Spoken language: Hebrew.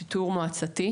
שיטור מועצתי,